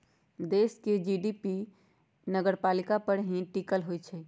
देश के जी.डी.पी भी नगरपालिका पर ही टिकल होई छई